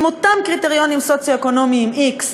עם אותם קריטריונים סוציו-אקונומיים x,